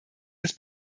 des